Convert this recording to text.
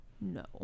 No